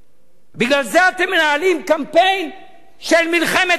בגלל זה אתם מנהלים קמפיין של מלחמת אחים?